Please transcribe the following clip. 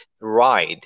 ride